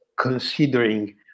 considering